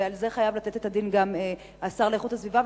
ועל זה חייב לתת את הדין גם השר לאיכות הסביבה,